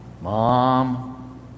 mom